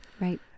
Right